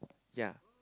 ya